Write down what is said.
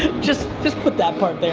just just put that part there.